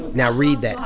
now read that